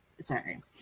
sorry